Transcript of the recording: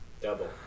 double